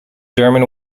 german